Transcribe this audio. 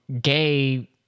gay